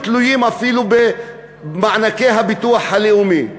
תלויים אפילו במענקי הביטוח הלאומי.